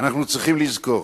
אנחנו צריכים לזכור,